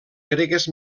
gregues